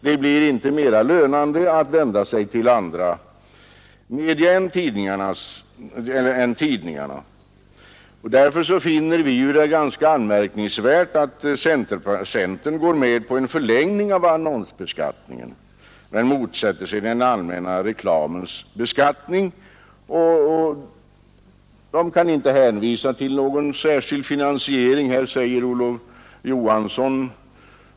Det blir inte mera lönande att vända sig till andra media än tidningarna. Därför finner vi det ganska anmärkningsvärt att centerpartiet går med på en förlängning av annonsbeskattningen men motsätter sig den allmänna reklamens beskattning. Centern kan inte hänvisa till någon särskild finansiering.